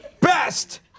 best